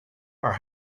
are